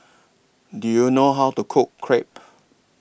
Do YOU know How to Cook Crepe